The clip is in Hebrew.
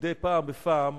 מדי פעם בפעם.